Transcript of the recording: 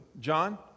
John